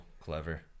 clever